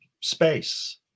space